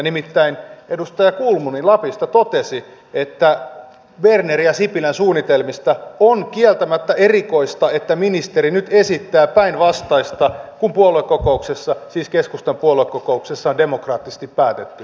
nimittäin edustaja kulmuni lapista totesi että bernerin ja sipilän suunnitelmissa on kieltämättä erikoista että ministeri nyt esittää päinvastaista kuin puoluekokouksessa siis keskustan puoluekokouksessa on demokraattisesti päätetty